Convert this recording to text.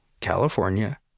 California